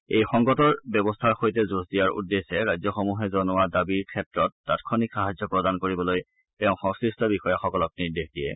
এই সংকটৰ ব্যৱস্থাৰ সৈতে যুজ দিয়াৰ উদ্দেশ্যে ৰাজ্যসমূহে জনোৱাৰ দাবীৰ ক্ষেত্ৰত তাৎক্ষণিক সাহাৰ্য প্ৰদান কৰিবলৈ তেওঁ সংশ্লিষ্ট বিষয়াসকলক নিৰ্দেশ দিয়ে